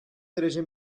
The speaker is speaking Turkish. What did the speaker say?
derece